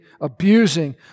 abusing